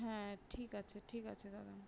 হ্যাঁ ঠিক আছে ঠিক আছে দাদা